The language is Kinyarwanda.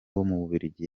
w’ububiligi